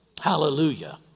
Hallelujah